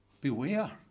beware